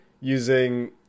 using